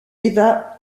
eva